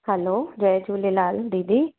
हलो जय झूलेलाल दीदी